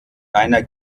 einer